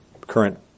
current